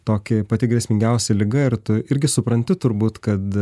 toki pati grėsmingiausia liga ir tu irgi supranti turbūt kad